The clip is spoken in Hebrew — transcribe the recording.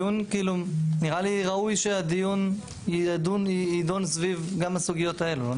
נראה לי ראוי שהדיון יידון סביב גם הסוגיות האלה.